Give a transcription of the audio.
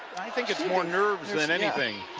i think it's more nerves than anything.